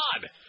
God